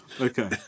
Okay